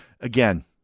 Again